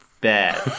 Bad